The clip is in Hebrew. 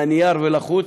שזה לא יהיה מהנייר ולחוץ,